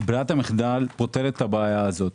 ברירת המחדל פותרת את הבעיה הזו.